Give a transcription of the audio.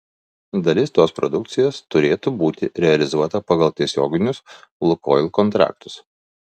dalis tos produkcijos turėtų būti realizuota pagal tiesioginius lukoil kontraktus